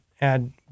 add